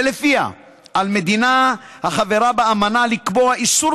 שלפיה על מדינה החברה באמנה לקבוע איסור